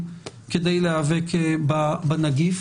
כדי להיאבק בנגיף.